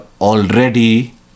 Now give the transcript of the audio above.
already